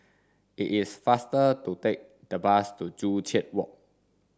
it is faster to take the bus to Joo Chiat Walk